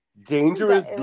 dangerous